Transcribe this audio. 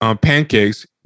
pancakes